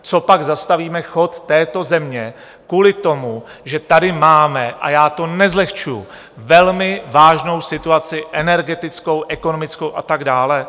Copak zastavíme chod této země kvůli tomu, že tady máme a já to nezlehčuji velmi vážnou situaci energetickou, ekonomickou a tak dále?